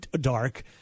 dark